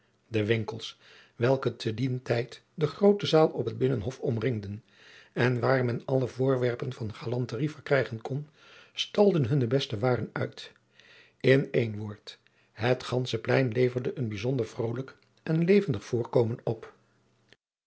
de winkels welke te dien tijd de groote zaal op het binnenhof omringden en waar men alle voorwerpen van galanterie verkrijgen kon stalden hunne beste waren uit in één woord het gandsche plein leverde een bijzonder vrolijk en levendig voorkomen op